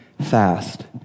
fast